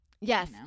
Yes